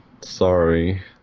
Sorry